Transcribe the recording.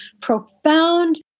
profound